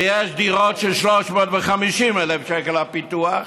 ויש דירות של 350,000 שקל, הפיתוח.